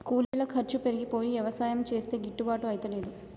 కూలీల ఖర్చు పెరిగిపోయి యవసాయం చేస్తే గిట్టుబాటు అయితలేదు